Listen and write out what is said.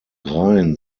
rhein